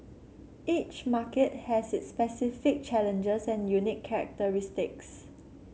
each market has its specific challenges and unique characteristics